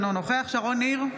אינו נוכח שרון ניר,